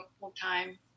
full-time